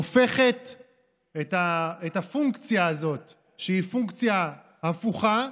הופכת את הפונקציה הזאת, שהיא פונקציה הפוכה,